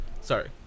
sorry